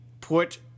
put